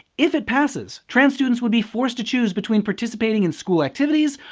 if it passes, trans students would be forced to choose between participating in school activities,